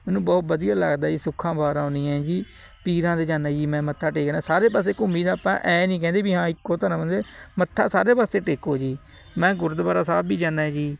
ਮੈਨੂੰ ਬਹੁਤ ਵਧੀਆ ਲੱਗਦਾ ਜੀ ਸੁੱਖਾਂ ਬਾਹਰ ਆਉਦੀਆਂ ਏ ਜੀ ਪੀਰਾਂ ਦੇ ਜਾਨਾਂ ਏ ਜੀ ਮੈਂ ਮੱਥਾ ਟੇਕਦਾ ਸਾਰੇ ਪਾਸੇ ਘੁੰਮੀ ਦਾ ਆਪਾਂ ਐਂ ਨਹੀਂ ਕਹਿੰਦੇ ਵੀ ਹਾਂ ਇੱਕੋ ਧਰਮ ਦੇ ਮੱਥਾ ਸਾਰੇ ਪਾਸੇ ਟੇਕੋ ਜੀ ਮੈਂ ਗੁਰਦੁਆਰਾ ਸਾਹਿਬ ਵੀ ਜਾਨਾ ਜੀ